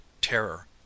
terror